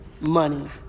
money